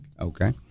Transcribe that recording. Okay